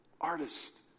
artist